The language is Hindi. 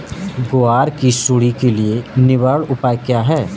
ग्वार की सुंडी के लिए निवारक उपाय क्या है?